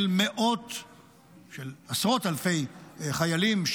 של עשרות אלפי חיילים,